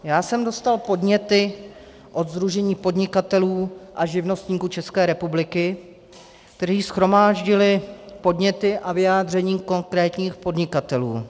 Já jsem dostal podněty od Sdružení podnikatelů a živnostníků České republiky, kteří shromáždili podněty a vyjádření konkrétních podnikatelů.